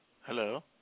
Hello